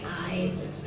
eyes